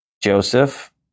Joseph